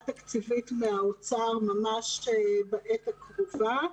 תקציבית מן האוצר ממש בעת הקרובה,